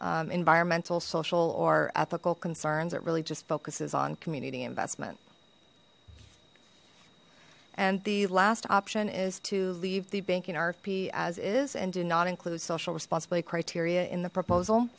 environmental social or ethical concerns it really just focuses on community investment and the last option is to leave the banking rfp as is and do not include social responsibility criteria in the proposal